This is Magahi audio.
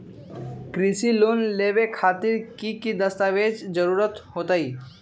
कृषि लोन लेबे खातिर की की दस्तावेज के जरूरत होतई?